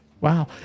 Wow